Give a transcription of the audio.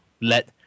let